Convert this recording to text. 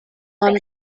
long